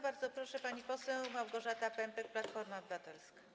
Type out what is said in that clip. Bardzo proszę, pani poseł Małgorzata Pępek, Platforma Obywatelska.